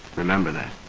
remember that.